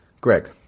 Greg